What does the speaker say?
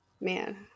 Man